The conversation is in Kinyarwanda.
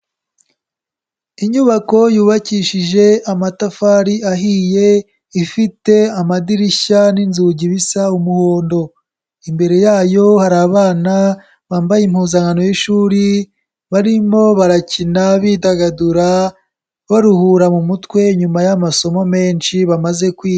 Inyubako yubakishije amatafari ahiye, ifite amadirishya n'inzugi bisa umuhondo, imbere yayo hari abana bambaye impuzankano y'ishuri barimo barakina bidagadura baruhura mu mutwe nyuma y'amasomo menshi bamaze kwiga.